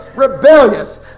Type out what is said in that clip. rebellious